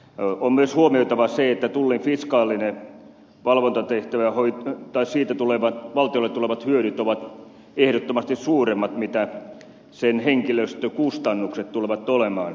on myös huomioitava se että tullin fiskaalisesta valvontatehtävästä valtiolle tulevat hyödyt ovat ehdottomasti suuremmat kuin sen henkilöstökustannukset tulevat olemaan